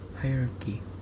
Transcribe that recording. hierarchy